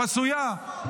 חסויה.